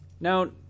now